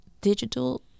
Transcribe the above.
digital